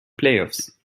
playoffs